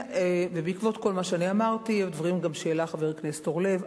בעקבות כל מה שאמרתי והדברים שהעלה גם חבר הכנסת אורלב,